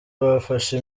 bafashe